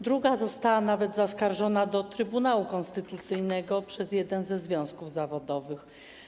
Druga została nawet zaskarżona do Trybunału Konstytucyjnego przez jeden ze związków zawodowych.